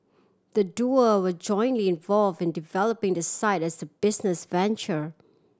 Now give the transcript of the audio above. the duo were jointly involve in developing the site as a business venture